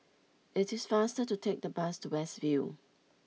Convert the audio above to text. it is faster to take the bus to West View